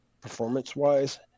performance-wise